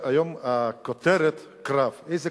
אנחנו